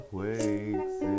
wakes